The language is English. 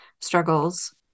struggles